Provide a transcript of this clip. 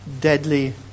deadly